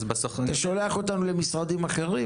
אתה שולח אותנו למשרדים אחרים?